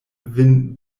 vin